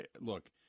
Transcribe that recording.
look